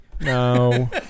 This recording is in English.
No